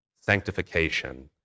sanctification